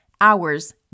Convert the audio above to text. hours